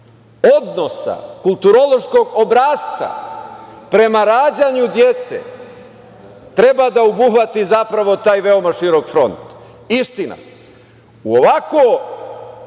odnosa, kulturološkog obrasca prema rađanju dece, treba da obuhvati zapravo taj veoma širok front. Istina, u ovako